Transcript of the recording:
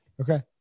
Okay